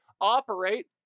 operate